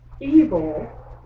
evil